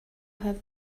have